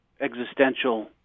existential